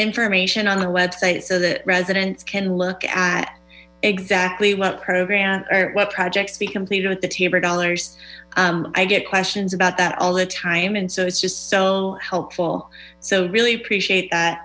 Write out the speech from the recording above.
information on the website so that residents can look at exactly what program or what projects we completed with the tabor dollars i get questions about that all the time and so it's just so helpful so i really appreciate that